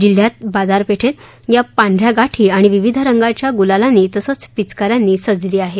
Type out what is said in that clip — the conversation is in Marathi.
जिल्ह्यात बाजारपेठ या पांढऱ्या गाठी आणि विविध रंगांच्या गुलालांनी तसच पिचकाऱ्यांनी सजली आहे